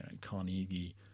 Carnegie